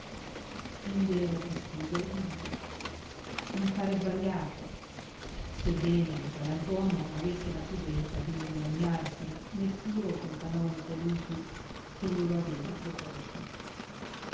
un vero gastigo di dio un affare sbagliato sebbene il galantuomo avesse la prudenza di non lagnarsene neppure col canonico lupi che glielo aveva proposto